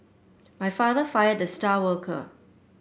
my father fired the star worker